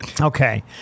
Okay